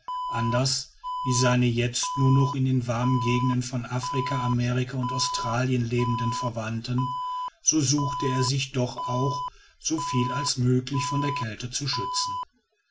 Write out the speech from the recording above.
anders wie seine jetzt nur noch in den warmen gegenden von afrika amerika und australien lebenden verwandten so suchte er sich doch auch soviel als möglich von der kälte zu schützen